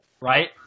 Right